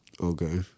Okay